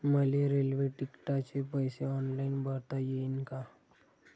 मले रेल्वे तिकिटाचे पैसे ऑनलाईन भरता येईन का?